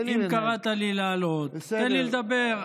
אם קראת לי לעלות, תן לי לדבר.